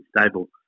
stable